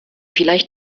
vielleicht